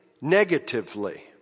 Negatively